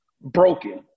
broken